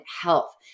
health